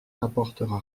n’apportera